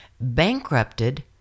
bankrupted